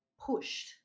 pushed